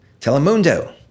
Telemundo